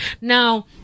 now